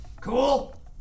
Cool